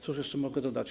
Cóż jeszcze mogę dodać.